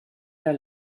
der